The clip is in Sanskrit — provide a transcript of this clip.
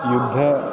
युद्धम्